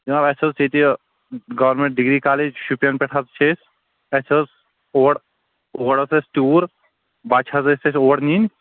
جناب اَسہِ أسۍ ییٚتہِ گورنمنٹ ڈِگری کالیج شُپینہٕ پیٚٹھٕ حظ چھ أسۍ اَسہِ اوس اور اور اوس اَسہِ ٹیوٗر بچہٕ حظ ٲس اَسہِ اور نِنۍ